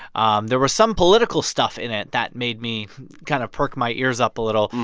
um there was some political stuff in it that made me kind of perk my ears up a little.